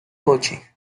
coche